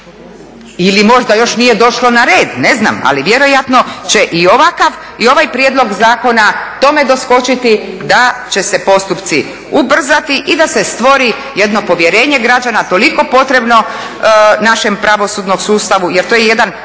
ili možda još nije došlo na red, ne znam, ali vjerojatno će i ovaj prijedlog zakona tome doskočiti da će se postupci ubrzati i da se stvori jedno povjerenje građana toliko potrebno našem pravosudnom sustavu jer to je jedan